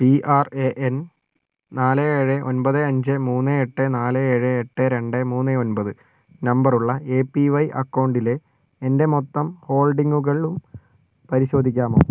P R A N നാല് ഏഴ് ഒൻപത് അഞ്ച് മൂന്ന് എട്ട് നാല് ഏഴ് എട്ട് രണ്ട് മൂന്ന് ഒൻപത് നമ്പറുള്ള എ പി വൈ അക്കൗണ്ടിലെ എൻ്റെ മൊത്തം ഹോൾഡിംഗുകളും പരിശോധിക്കാമോ